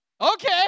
Okay